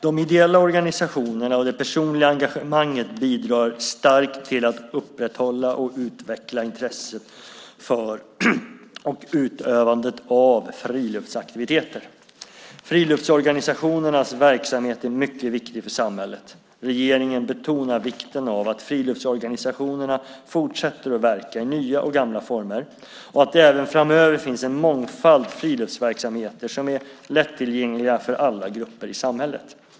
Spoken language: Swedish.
De ideella organisationerna och det personliga engagemanget bidrar starkt till att upprätthålla och utveckla intresset för och utövandet av friluftsaktiviteter. Friluftsorganisationernas verksamhet är mycket viktig för samhället. Regeringen betonar vikten av att friluftsorganisationerna fortsätter att verka i nya och gamla former, och att det även framöver finns en mångfald friluftsverksamheter som är lättillgängliga för alla grupper i samhället.